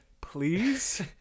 please